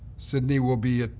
sydney will be